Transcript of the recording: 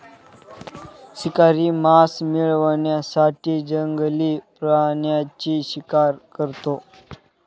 शिकारी मांस मिळवण्यासाठी जंगली प्राण्यांची शिकार करतो